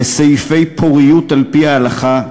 לסעיפי פוריות על-פי ההלכה,